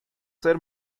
ser